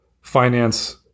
finance